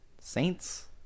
Saints